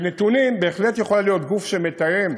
בנתונים, בהחלט יכולה להיות גוף שמתאם,